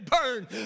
burn